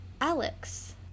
Alex